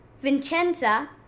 Vincenza